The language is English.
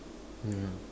ya